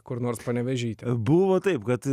kur nors panevėžy buvo taip kad